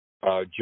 Joe